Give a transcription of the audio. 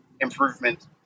improvement –